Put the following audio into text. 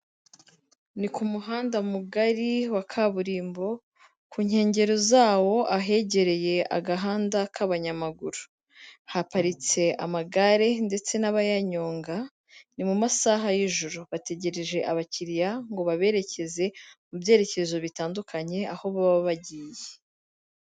Ni ku muhanda mugari wa kaburimbo, ku nkengero zawo ahegereye agahanda k'abanyamaguru. Haparitse amagare ndetse n'abayanyonga, ni mu masaha y'ijoro. Bategereje abakiriya ngo baberekeze mu byerekezo bitandukanye aho baba bagiye.